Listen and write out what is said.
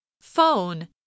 Phone